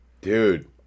dude